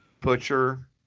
butcher